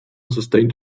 sustained